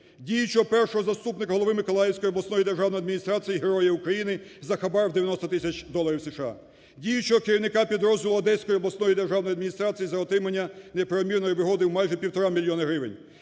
Діючого першого заступника голови Миколаївської обласної державної адміністрації, Героя України, за хабар в 90 тисяч доларів США. Діючого керівника підрозділу Одеської обласної державної адміністрації за отримання неправомірної вигоди в майже півтора мільйони гривень.